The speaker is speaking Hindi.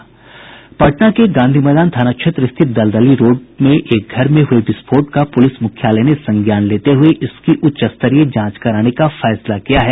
पटना के गांधी मैदान थाना क्षेत्र स्थित दलदली रोड में एक घर में हुए विस्फोट का पुलिस मुख्यालय ने संज्ञान लेते हुए इसकी उच्चस्तरीय जांच कराने का फैसला किया है